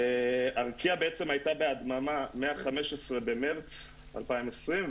ארקיע הייתה בהדממה מה-15 במרץ 2020,